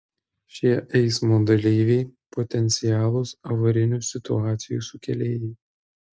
šie eismo dalyviai potencialūs avarinių situacijų sukėlėjai